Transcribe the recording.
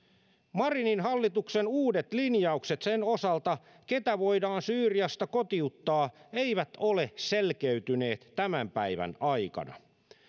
marinin hallituksen uudet linjaukset sen osalta ketä voidaan syyriasta kotiuttaa eivät ole selkeytyneet tämän päivän aikana